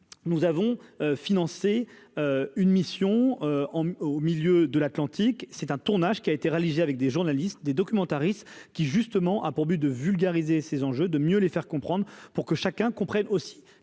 nous avons financé une mission en au milieu de l'Atlantique, c'est un tournage qui a été réalisé avec des journalistes, des documentaristes qui justement à pour but de vulgariser ces enjeux de mieux les faire comprendre, pour que chacun comprenne aussi